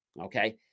okay